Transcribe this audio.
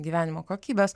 gyvenimo kokybės